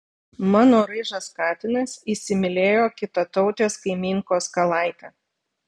mano ryžas katinas įsimylėjo kitatautės kaimynkos kalaitę